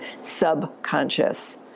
subconscious